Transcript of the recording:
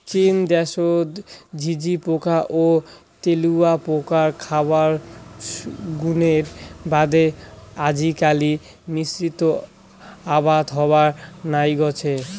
চীন দ্যাশের ঝিঁঝিপোকা ও তেলুয়াপোকার খাবার গুণের বাদে আজিকালি মিশ্রিত আবাদ হবার নাইগচে